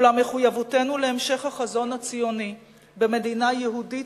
אולם מחויבותנו להמשך החזון הציוני במדינה יהודית